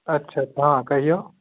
अच्छा हँ कहिऔ